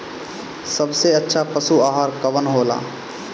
सबसे अच्छा पशु आहार कवन हो ला?